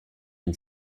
une